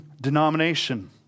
denomination